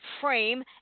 frame